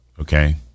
okay